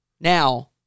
Now